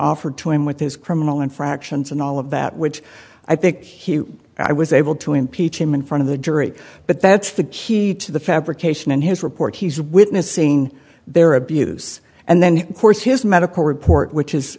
offered to him with his criminal infractions and all of that which i think he i was able to impeach him in front of the jury but that's the key to the fabrication in his report he's witnessing their abuse and then of course his medical report which is